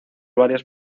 varios